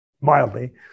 mildly